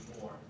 more